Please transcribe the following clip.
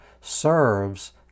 serves